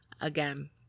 again